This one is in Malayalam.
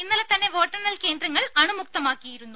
ഇന്നലെ തന്നെ വോട്ടെണ്ണൽ കേന്ദ്രങ്ങൾ അണുമുക്തമാക്കിയിരുന്നു